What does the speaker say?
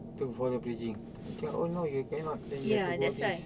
to for the bridging oh no you cannot then you have to go this